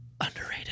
Underrated